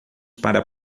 para